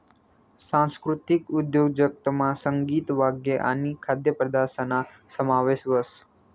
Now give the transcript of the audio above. सांस्कृतिक उद्योजकतामा संगीत, वाद्य आणि खाद्यपदार्थसना समावेश व्हस